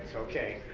so okay,